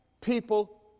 people